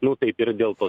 nu taip yra dėl to